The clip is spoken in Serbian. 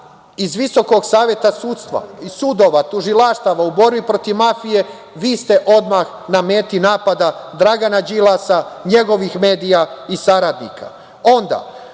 iz Visokog saveta sudstva, iz sudova, tužilaštava, u borbi protiv mafije, vi ste odmah na meti napada Dragana Đilasa, njegovih medija i saradnika.